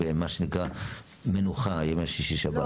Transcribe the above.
במה שנקרא מנוחה, ימי שישי שבת.